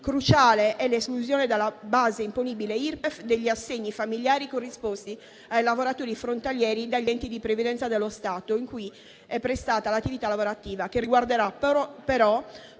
Cruciale è l'esclusione dalla base imponibile Irpef degli assegni familiari corrisposti ai lavoratori frontalieri dagli enti di previdenza dello Stato in cui è prestata l'attività lavorativa, che riguarderà però